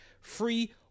free